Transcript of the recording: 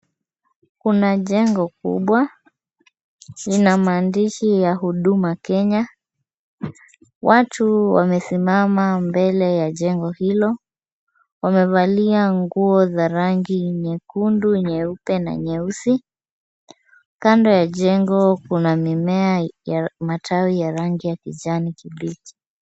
Kuna jengo kubwa, lina maandishi ya huduma Kenya. Watu wamesimama mbele ya jengo hilo. Wamevalia nguo za rangi nyekundu, nyeupe na nyeusi. Kando ya jengo kuna mimea ya matawi ya rangi ya kijani kibichi.